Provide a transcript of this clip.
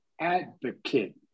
advocate